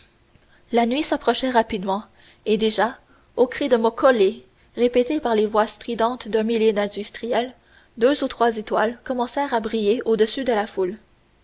la nuit s'approchait rapidement et déjà au cri de moccoli répété par les voix stridentes d'un millier d'industriels deux ou trois étoiles commencèrent à briller au-dessus de la foule